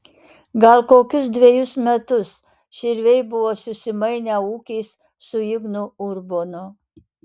gal kokius dvejus metus širviai buvo susimainę ūkiais su ignu urbonu